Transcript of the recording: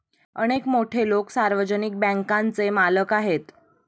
अनेक मोठे लोकं सार्वजनिक बँकांचे मालक आहेत